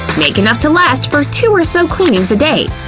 make enough to last for two or so cleanings a day.